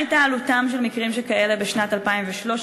שאלותי: 1. מה הייתה עלותם של מקרים שכאלה בשנת 2013?